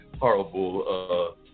horrible